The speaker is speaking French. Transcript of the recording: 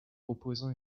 proposant